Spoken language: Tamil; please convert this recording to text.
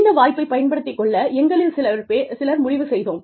இந்த வாய்ப்பைப் பயன்படுத்திக் கொள்ள எங்களில் சிலர் முடிவு செய்தோம்